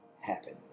happen